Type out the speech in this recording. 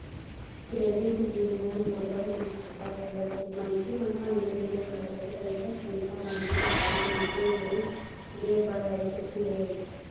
credit union लोगन के खाता खोलत हे मनखे मन ह लेन देन करत हे अइसन संस्था मन ह उधारी नइते लोन देय बर लाइसेंस लेय रहिथे